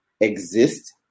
exist